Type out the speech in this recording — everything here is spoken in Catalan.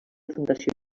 fundació